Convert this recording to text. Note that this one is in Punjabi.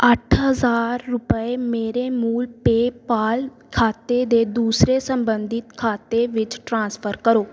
ਅੱਠ ਹਜ਼ਾਰ ਰੁਪਏ ਮੇਰੇ ਮੂਲ ਪੇਪਾਲ ਖਾਤੇ ਦੇ ਦੂਸਰੇ ਸੰਬੰਧਿਤ ਖਾਤੇ ਵਿੱਚ ਟ੍ਰਾਂਸਫਰ ਕਰੋ